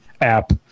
app